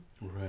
Right